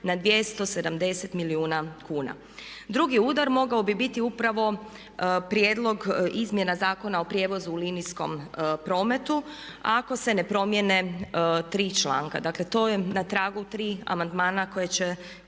na 270 milijuna kuna. Drugi udar mogao bi biti upravo prijedlog izmjena Zakona o prijevoza u linijskom prometu ako se ne promijene tri članka. Dakle, to je na tragu tri amandmana koje je